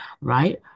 right